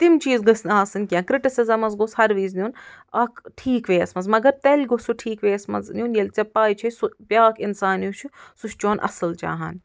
تِم چیٖز گٔژھۍ نہٕ آسٕنۍ کیٚنٛہہ کِرٹسٕزٕمس گوٚژھ ہر وِزِ نیُن اکھ ٹھیٖک ویٚیس منٛز مگر تیٚلہِ گوٚو سُہ ٹھیٖک ویٚیس منٛز نیُن ژےٚ پاے چھے سُہ بیٛاکھ اِنسان یُس چھُ سُہ چھُ چون اصٕل چاہان